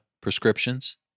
prescriptions